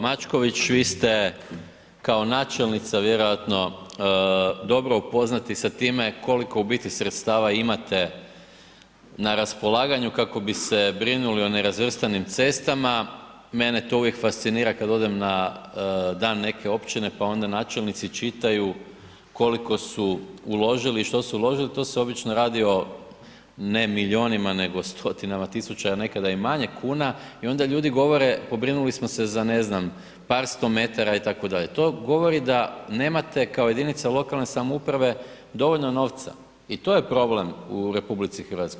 Mačković, vi ste kao načelnica vjerojatno dobro upoznati sa time koliko u biti sredstava imate na raspolaganju kako bi se brinuli o nerazvrstanim cestama, mene to uvijek fascinira kad odem na dan neke općine, pa onda načelnici čitaju koliko su uložili i što su uložili, tu se obično radi o ne milijunima, nego stotinama tisuća, a nekada i manje, kuna i onda ljudi govore pobrinuli smo se za, ne znam, par sto metara itd., to govori da nemate kao jedinica lokalne samouprave dovoljno novca i to je problem u RH.